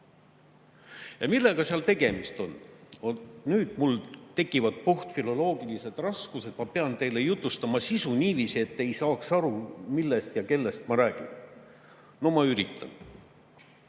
Ja millega seal tegemist on? Nüüd mul tekivad puhtfiloloogilised raskused, sest ma pean teile jutustama selle sisu niiviisi, et te ei saaks aru, millest ja kellest ma räägin. No ma üritan.